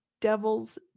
devil's